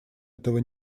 этого